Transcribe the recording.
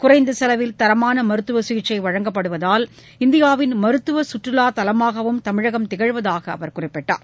குறைந்த செலவில் தரமான மருத்துவ சிகிச்சை வழங்கப்படுவதால் இந்தியாவின் மருத்துவ சுற்றுவா தலமாகவும் தமிழகம் திகழ்வதாக அவர் குறிப்பிட்டார்